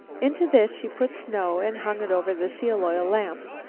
into this she put snow, and hung it over the seal-oil lamp.